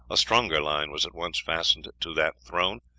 a stronger line was at once fastened to that thrown,